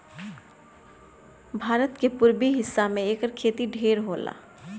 भारत के पुरबी हिस्सा में एकर खेती ढेर होला